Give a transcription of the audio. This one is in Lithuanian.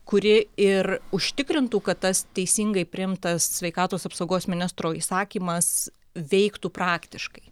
kuri ir užtikrintų kad tas teisingai priimtas sveikatos apsaugos ministro įsakymas veiktų praktiškai